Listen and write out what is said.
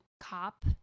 cop